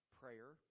prayer